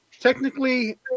technically